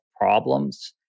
problems